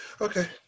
okay